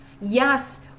Yes